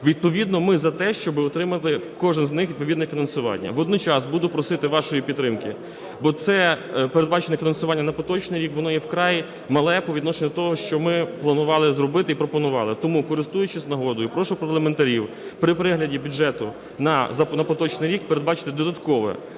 відповідно ми за те, щоб кожен з них отримав відповідне фінансування. Водночас буду просити вашої підтримки, бо це передбачене фінансування на поточний рік, воно є вкрай мале по відношенню до того, що ми планували зробити і пропонували. Тому, користуючись нагодою, прошу парламентарів при перегляді бюджеті на поточний рік передбачити додаткове